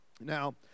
now